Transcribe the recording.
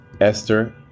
Esther